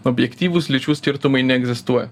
objektyvūs lyčių skirtumai neegzistuoja